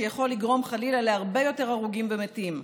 שיכול לגרום חלילה להרבה יותר הרוגים ומתים.